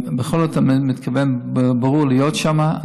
בכל אופן, אני מתכוון, ברור, להיות שמה.